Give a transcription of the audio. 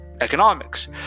economics